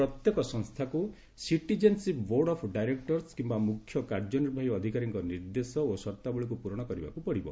ପ୍ରତ୍ୟେକ ସଂସ୍ଥାକୁ citizenship board of directors କିମ୍ବା ମୁଖ୍ୟ କାର୍ଯ୍ୟନିର୍ବାହୀ ଅଧିକାରୀଙ୍କ ନିର୍ଦ୍ଦେଶ ଓ ସତ୍ତାବଳୀକୁ ପୂରଣ କରିବାକୁ ପଡିବ